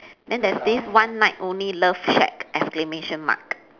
then there's this one night only love shack exclamation mark